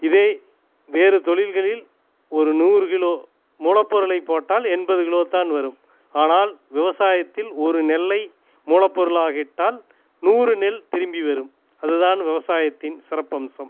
இதே வேறுதொழில்களில் ஒரு நூறுகிலோ மூலப்பொருளை போட்டால் எண்பது கிலோதான் வரும் ஆனால் விவசாயத்தில் ஒரு நெல்லை மூலப்பொருளாக இட்டால் நூறுநெல் திரும்பி வரும் அதுதான் விவசாயத்தின் சிறப்பம்சம்